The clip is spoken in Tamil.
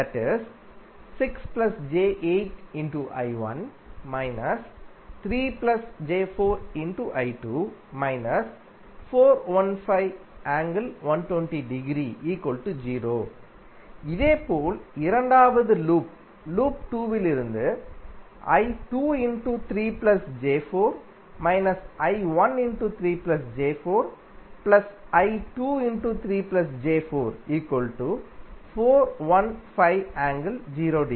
6 j8 I1 − 3 j4 I2 − 415∠120◦ 0 இதேபோல் இரண்டாவது லூப் லூப் 2 இலிருந்து I23 j4 − I13 j4 I23 j4 415∠0◦ i